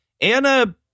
anna